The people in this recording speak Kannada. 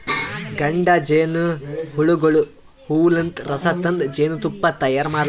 ಗಂಡ ಜೇನಹುಳಗೋಳು ಹೂವಲಿಂತ್ ರಸ ತಂದ್ ಜೇನ್ತುಪ್ಪಾ ತೈಯಾರ್ ಮಾಡಲ್ಲಾ